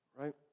Right